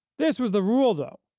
this was the rule, though,